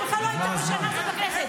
אתה בכלל לא היית בשנה הזאת בכנסת.